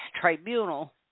tribunal